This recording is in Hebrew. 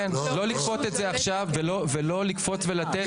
כן, לא לכפות את זה עכשיו ולא לקפוץ ולתת.